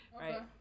right